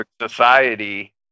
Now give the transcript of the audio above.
society